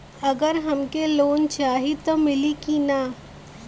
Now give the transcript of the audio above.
अगर हमके लोन चाही त मिली की ना?